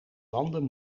landen